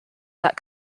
that